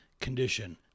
condition